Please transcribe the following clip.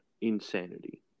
insanity